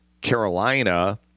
Carolina